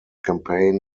campaign